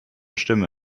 stimme